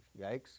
yikes